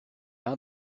now